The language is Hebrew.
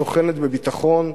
השוכנת בביטחון,